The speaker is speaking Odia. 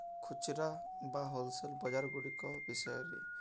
ଖୁଚ୍ରା ବା ହୋଲ୍ସେଲ୍ ବଜାର୍ ଗୁଡ଼ିକ